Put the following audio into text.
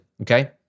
okay